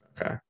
Okay